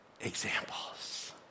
examples